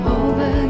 over